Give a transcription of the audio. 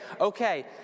okay